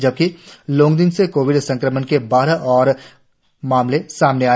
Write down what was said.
जबकि लोंगडिंग से कोविड संक्रमण के बारह और मामले सामने आए